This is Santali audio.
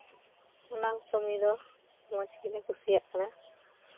ᱚᱱᱟ ᱠᱚ ᱠᱟᱹᱢᱤ ᱫᱚ ᱢᱚᱡᱽ ᱜᱮᱞᱮ ᱠᱩᱥᱤᱭᱟᱜ ᱠᱟᱱᱟ